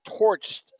torched